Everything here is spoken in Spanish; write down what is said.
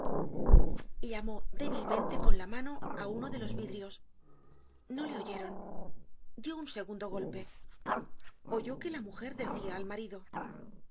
piedad llamó débilmente con la mano á uno de los vidrios no le oyeron dió un segundo golpe oyó que la mujer decia al marido